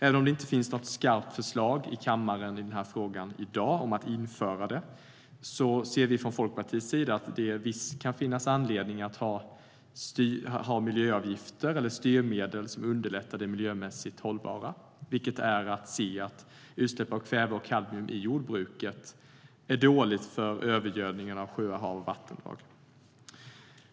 Även om det inte finns något skarpt förslag i kammaren i den här frågan i dag om att införa det ser vi från Folkpartiets sida att det visst kan finnas anledning att ha miljöavgifter eller styrmedel som underlättar det miljömässigt hållbara, vilket är att se att utsläpp av kväve och kadmium i jordbruket är dåligt eftersom det orsakar övergödning av sjöar, hav och vattendrag.